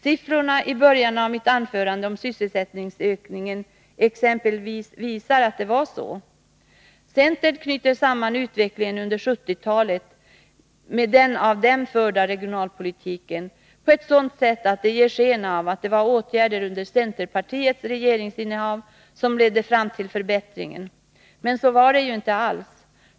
Siffrorna för sysselsättningsökningen, som jag redovisade i inledningen av mitt anförande, visar att det var så. Men centerpartisterna knyter samman utvecklingen under 1970-talet med den av dem förda regionalpolitiken på ett sådant sätt att det ger sken av att det var åtgärder under centerpartiets regeringsinnehav som ledde fram till förbättringen. Så var det ju inte alls.